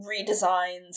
redesigns